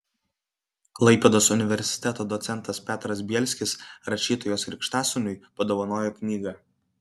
klaipėdos universiteto docentas petras bielskis rašytojos krikštasūniui padovanojo knygą